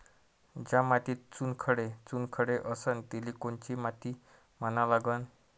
ज्या मातीत चुनखडे चुनखडे असन तिले कोनची माती म्हना लागन?